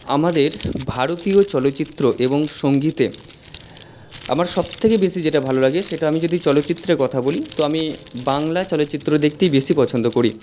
আমাদের ভারতীয় চলচ্চিত্র এবং সঙ্গীতে আমার সব থেকে বেশি যেটা ভালো লাগে সেটা আমি যদি চলচ্চিত্রের কথা বলি তো আমি বাংলা চলচ্চিত্র দেখতেই বেশি পছন্দ করি